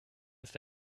ist